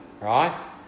right